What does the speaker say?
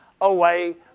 away